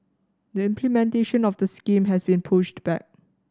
the implementation of the scheme has been pushed back